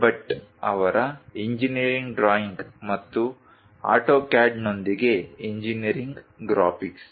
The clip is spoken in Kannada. ಭಟ್ ಅವರ ಇಂಜಿನೀರಿಂಗ್ ಡ್ರಾಯಿಂಗ್ ಮತ್ತು ಆಟೋಕ್ಯಾಡ್ನೊಂದಿಗೆ ಇಂಜಿನೀರಿಂಗ್ ಗ್ರಾಫಿಕ್ಸ್